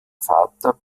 vater